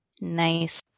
nice